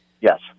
Yes